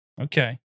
Okay